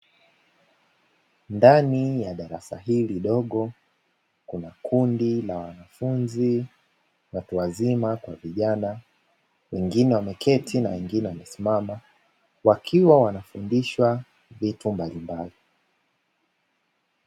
Ndani ya darasa hili dogo, kuna kundi la wanafunzi watu wazima kwa vijana, wengine wameketi na wengine wamesimama wakiwa wanafundishwa vitu mbalimbali.